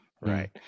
Right